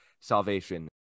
salvation